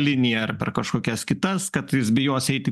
liniją ar per kažkokias kitas kad jis bijos eiti į